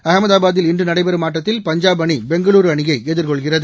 அகமதாபாதில் இன்று நடைபெறும் ஆட்டத்தில் பஞ்சாப் அணி பெங்களுர் அணியை எதிர்கொள்கிறது